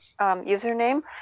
username